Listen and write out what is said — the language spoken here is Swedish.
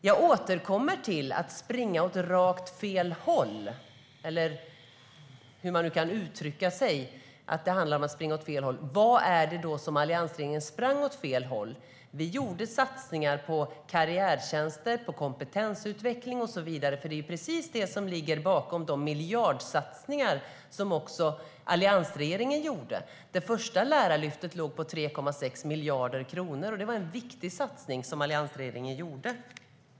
Jag återkommer till detta med att springa åt rakt fel håll. Vad gällde det då när alliansregeringen sprang åt fel håll? Vi gjorde satsningar på karriärtjänster, kompetensutveckling och så vidare. Det är precis det som ligger bakom de miljardsatsningar som alliansregeringen gjorde. Det första Lärarlyftet uppgick till 3,6 miljarder kronor, och det var en viktig satsning som alliansregeringen gjorde.